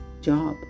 job